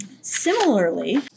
similarly